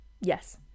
Yes